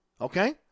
okay